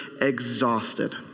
exhausted